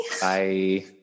Bye